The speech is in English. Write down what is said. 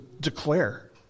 declare